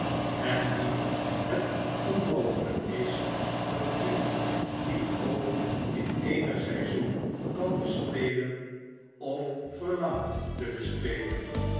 en die het onmogelykis datiemand wie ook in eenig seizoen kan bespelen of verlangt te bespelen